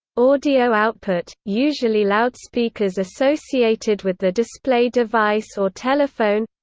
audio output usually loudspeakers associated with the display device or telephone